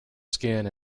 skin